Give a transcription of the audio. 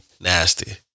Nasty